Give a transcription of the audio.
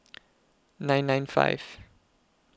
nine nine five